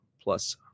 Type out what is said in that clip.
plus